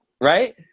Right